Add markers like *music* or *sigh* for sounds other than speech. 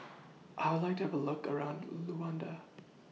*noise* I Would like to Have A Look around Luanda